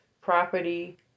property